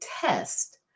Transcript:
test